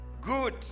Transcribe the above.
good